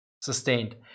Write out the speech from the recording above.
sustained